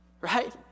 right